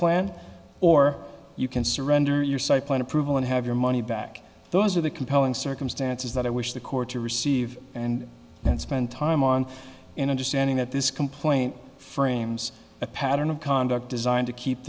plan or you can surrender your site point approval and have your money back those are the compelling circumstances that i wish the court to receive and that spend time on an understanding that this complaint frames a pattern of conduct designed to keep